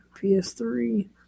PS3